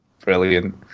Brilliant